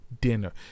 dinner